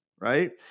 right